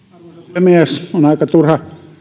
puhemies on aika turha